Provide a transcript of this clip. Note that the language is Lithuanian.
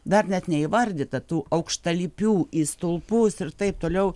dar net neįvardyta tų aukštalipių į stulpus ir taip toliau